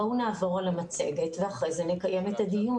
בואו נעבור על המצגת ואחרי זה נקיים את הדיון.